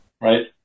right